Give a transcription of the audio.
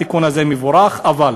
התיקון הזה הוא מבורך, אבל